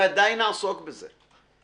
אנחנו בוודאי נעסוק בזה.